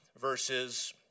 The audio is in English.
verses